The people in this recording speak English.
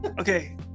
Okay